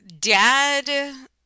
dad